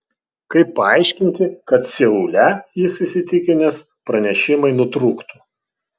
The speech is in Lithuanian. kaip paaiškinti kad seule jis įsitikinęs pranešimai nutrūktų